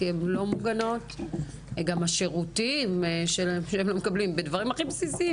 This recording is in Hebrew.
הן לא מוגנות בדברים הכי בסיסיים,